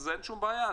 אז אין שום בעיה.